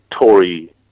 Tory